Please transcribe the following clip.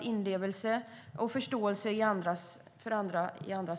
inlevelseförmåga och förståelse i andra situationer.